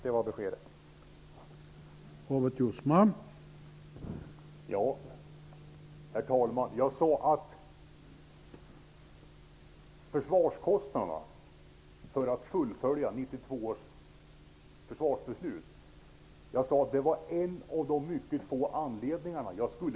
Det var beskedet som vi fick.